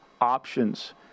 options